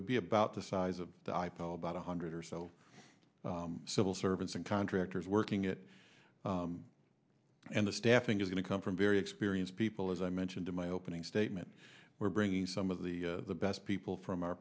would be about the size of the i p l about one hundred or so civil servants and contractors working it and the staffing is going to come from very experienced people as i mentioned in my opening statement we're bringing some of the best people from our